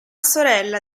sorella